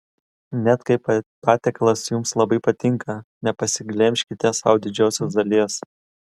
net kai patiekalas jums labai patinka nepasiglemžkite sau didžiosios dalies